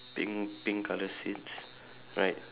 pink pink colour seats right